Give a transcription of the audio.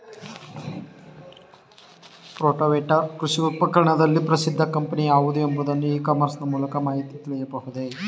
Rotavator ಕೃಷಿ ಉಪಕರಣದಲ್ಲಿ ಪ್ರಸಿದ್ದ ಕಂಪನಿ ಯಾವುದು ಎಂಬುದನ್ನು ಇ ಕಾಮರ್ಸ್ ನ ಮೂಲಕ ಮಾಹಿತಿ ತಿಳಿಯಬಹುದೇ?